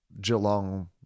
Geelong